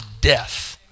death